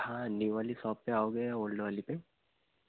हाँ न्यू वाली सॉप पर आओगे या ओल्ड वाली पर